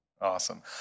Awesome